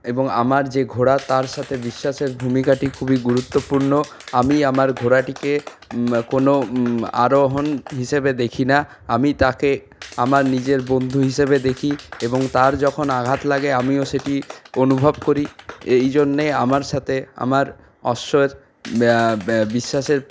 এবং আমার যে ঘোড়া তার সাথে বিশ্বাসের ভূমিকাটি খুবই গুরুত্বপূর্ণ আমি আমার ঘোড়াটিকে কোনও আরোহণ হিসেবে দেখি না আমি তাকে আমার নিজের বন্ধু হিসেবে দেখি এবং তার যখন আঘাত লাগে আমিও সেটি অনুভব করি এই জন্যে আমার সাথে আমার অশ্বের বিশ্বাসের